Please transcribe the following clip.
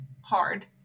hard